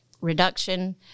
reduction